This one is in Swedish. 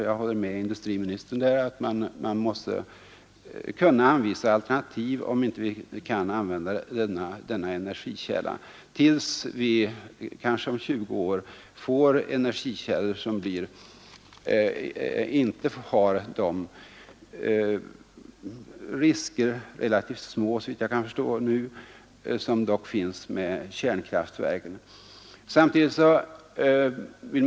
Jag håller med industriministern om att eftersom vi har de nämnda farorna att ta hänsyn till måste vi kunna anvisa alternativ om inte denna energikälla kan användas. Om 20 år har vi kanske andra källor utan de risker som nu är förbundna med kärnkraftverken — även om de såvitt jag förstår är relativt små, där kontrollen är vad den bör vara.